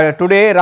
today